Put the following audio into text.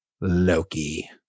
Loki